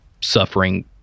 suffering